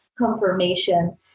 confirmation